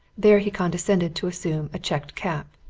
there he condescended to assume a checked cap.